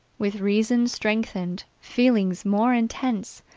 with reason strengthened, feelings more intense,